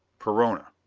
perona!